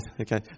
Okay